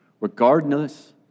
regardless